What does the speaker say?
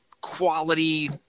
quality